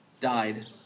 died